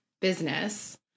business